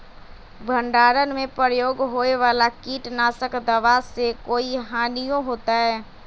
भंडारण में प्रयोग होए वाला किट नाशक दवा से कोई हानियों होतै?